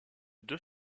deux